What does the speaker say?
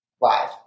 live